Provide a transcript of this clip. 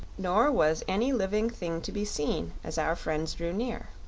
nor was any living thing to be seen as our friends drew near.